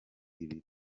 bibi